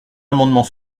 amendement